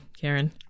Karen